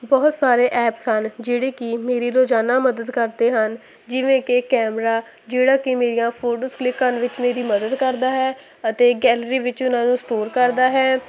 ਬਹੁਤ ਸਾਰੇ ਐਪਸ ਹਨ ਜਿਹੜੇ ਕਿ ਮੇਰੀ ਰੋਜ਼ਾਨਾ ਮਦਦ ਕਰਦੇ ਹਨ ਜਿਵੇਂ ਕਿ ਕੈਮਰਾ ਜਿਹੜਾ ਕਿ ਮੇਰੀਆਂ ਫੋਟੋਜ਼ ਕਲਿੱਕ ਕਰਨ ਵਿੱਚ ਮੇਰੀ ਮਦਦ ਕਰਦਾ ਹੈ ਅਤੇ ਗੈਲਰੀ ਵਿੱਚ ਉਹਨਾਂ ਨੂੰ ਸਟੋਰ ਕਰਦਾ ਹੈ